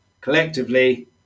collectively